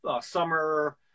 summer